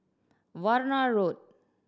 Warna Road